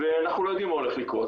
ואנחנו לא יודעים מה הולך לקרות,